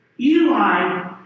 Eli